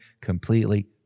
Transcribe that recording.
completely